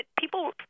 people